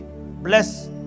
bless